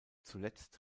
zuletzt